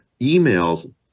emails